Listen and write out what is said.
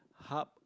hub